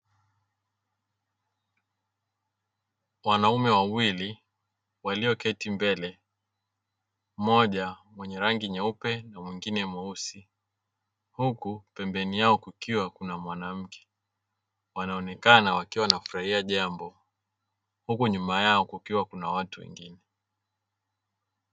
Wanaume wawili walioketi mbele, mmoja mwenye rangi nyeupe na mwingine nyeusi huku pembeni yao kukiwa na mwanamke, wanaonekana wakiwa wanafurahia jambo huku nyuma yao kukiwa na watu wengine.